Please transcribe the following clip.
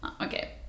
Okay